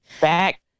back